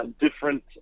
different